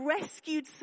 rescued